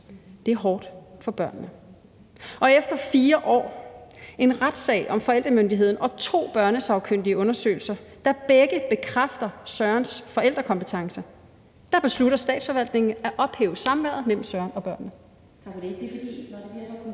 Det er hårdt for børnene. Og efter 4 år, en retssag om forældremyndigheden og to undersøgelser fra børnesagkyndige, der begge bekræfter Sørens forældrekompetence, beslutter Statsforvaltningen at ophæve samværet mellem Søren og børnene.